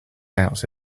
doubts